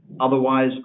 otherwise